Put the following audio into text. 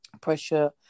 pressure